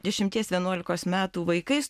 dešimties vienuolikos metų vaikais